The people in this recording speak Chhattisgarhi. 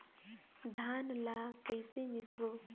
धान ला कइसे मिसबो?